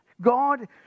God